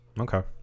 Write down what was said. okay